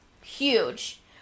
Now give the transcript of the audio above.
Huge